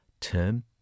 term